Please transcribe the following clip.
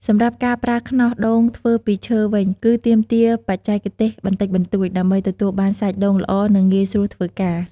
សម្រាប់ការប្រើខ្នោសកោសដូងធ្វើពីឈើវិញគឺទាមទារបច្ចេកទេសបន្តិចបន្តួច ដើម្បីទទួលបានសាច់ដូងល្អ និងងាយស្រួលធ្វើការ។